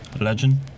legend